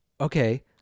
Okay